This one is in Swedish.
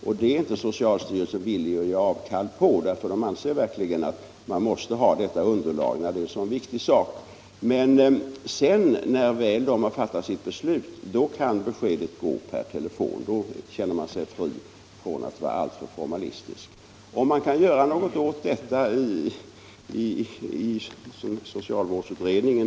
Det kravet är inte socialstyrelsen villig att göra avkall på, för den anser att man verkligen måste ha detta underlag när det gäller en så viktig sak. Men när beslutet väl är fattat kan beskedet gå per telefon; då känner man sig fri från behovet att vara formalistisk. Kan man då göra något åt detta i socialutredningen?